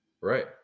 Right